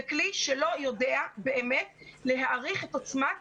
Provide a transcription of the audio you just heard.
זה כלי שלא יודע באמת להעריך את עוצמת